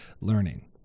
learning